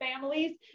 families